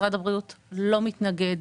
משרד הבריאות לא מתנגד